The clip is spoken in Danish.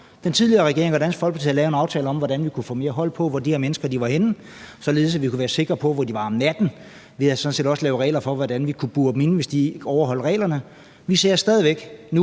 Den tidligere regering og Dansk Folkeparti havde lavet en aftale om, hvordan vi kunne få mere hold på, hvor de her mennesker var henne, således at vi kunne være sikre på, hvor de var om natten. Vi havde sådan set også lavet regler for, hvordan vi kunne bure dem inde, hvis de ikke overholdt reglerne. Vi ser stadig væk nu,